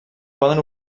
poden